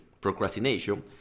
procrastination